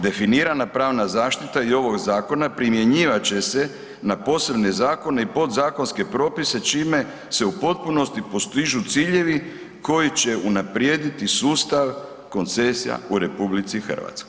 Definirana pravna zaštita i ovog zakona primjenjivat će se na posebne zakone i podzakonske propise, čime se u potpunosti postižu ciljevi koji će unaprijediti sustav koncesija u RH.